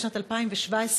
בשנת 2017,